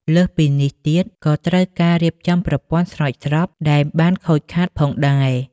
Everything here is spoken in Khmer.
លើសពីនេះ ក៏ត្រូវការរៀបចំប្រព័ន្ធស្រោចស្រពដែលបានខូចខាតផងដែរ។